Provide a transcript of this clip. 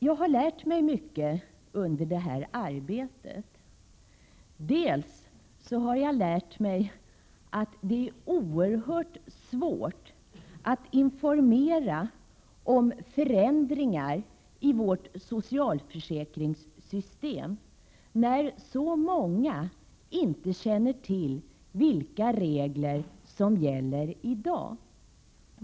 Jag har lärt mig mycket under det här arbetet, t.ex. hur oerhört svårt det är att informera om förändringar i vårt socialförsäkringssystem när så många inte känner till vilka regler som gäller i dag.